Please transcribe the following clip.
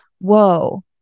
whoa